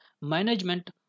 Management